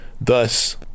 Thus